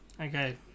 Okay